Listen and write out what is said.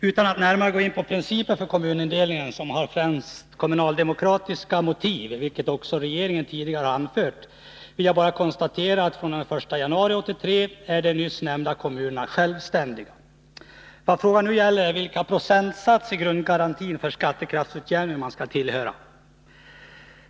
Utan att närmare gå in på principen för kommundelning, som har främst kommunaldemokratiska motiv, vilket också regeringen tidigare har anfört, vill jag bara konstatera att fr.o.m. den 1 januari 1983 är de nyss nämnda kommunerna självständiga. Vad frågan nu gäller är vilken procentsats i grundgarantin för skattekraftsutjämningen som skall tillämpas.